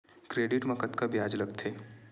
Credit मा कतका ब्याज लगथे?